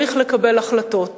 צריך לקבל החלטות,